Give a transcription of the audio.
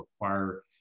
require